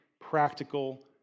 practical